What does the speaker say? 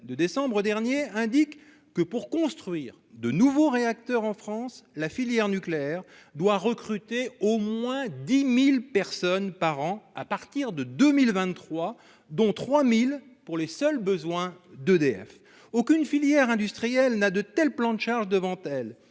de décembre dernier indique que, pour construire de nouveaux réacteurs en France, la filière nucléaire doit recruter au moins 10 000 personnes par an à partir de 2023, dont 3 000 pour les seuls besoins d'EDF. Aucune filière industrielle n'a de tels plans de charge devant elle.